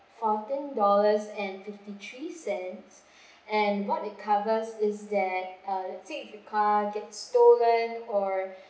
fourteen dollars and fifty-three cents and what it covers is that let's say if the car get stolen or